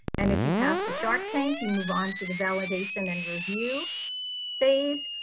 and if you pass the shark tank you move on to the validation and review phase.